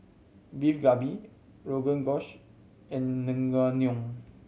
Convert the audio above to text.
Beef Galbi Rogan Josh and Naengmyeon